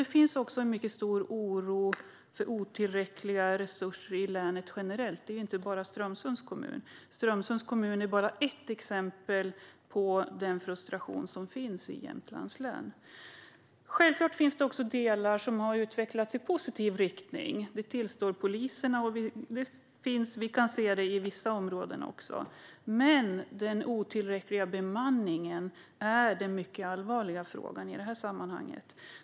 Det finns en mycket stor oro för otillräckliga resurser i länet generellt. Oron i Strömsunds kommun är bara ett exempel på den frustration som finns i Jämtlands län. Självklart finns det också delar som har utvecklats i rätt riktning. Det tillstår poliserna, och vi kan se det i vissa områden också. Men den otillräckliga bemanningen är den mycket allvarliga frågan i det här sammanhanget.